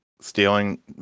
stealing